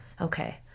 Okay